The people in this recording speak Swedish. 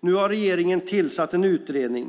Nu har regeringen tillsatt en utredning.